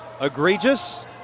Egregious